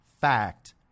fact